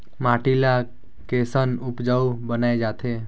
माटी ला कैसन उपजाऊ बनाय जाथे?